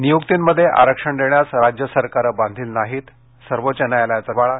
नियुर्क्तीमध्ये आरक्षण देण्यास राज्य सरकारे बांधील नाहीत सर्वोच्च न्यायालयाचा निर्वाळा